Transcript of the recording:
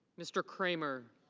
mr. kramer.